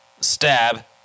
Stab